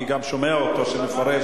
אני גם שומע אותו מפרש.